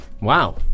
Wow